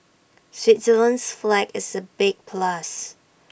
Switzerland's flag is A big plus